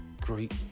great